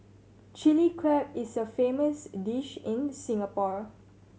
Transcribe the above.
Chilli Crab is a famous dish in Singapore